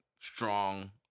strong